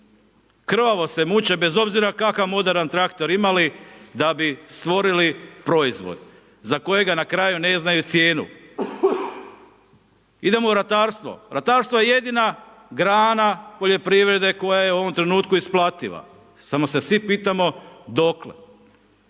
krvavo se muče, bez obzira kakav moderan traktor imali da bi stvorili proizvod za kojega na kraju ne znaju cijenu. Idemo u ratarstvo. Ratarstvo je jedina grana poljoprivrede koja je u ovom trenutku isplativa. Samo se svi pitamo dokle?